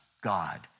God